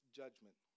judgment